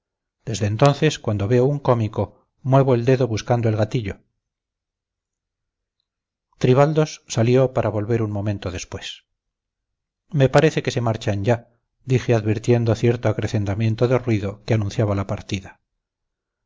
desde entonces cuando veo un cómico muevo el dedo buscando el gatillo tribaldos salió para volver un momento después me parece que se marchan ya dije advirtiendo cierto acrecentamiento de ruido que anunciaba la partida